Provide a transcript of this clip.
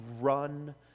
run